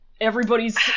everybody's